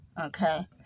Okay